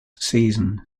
season